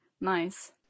nice